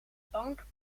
bank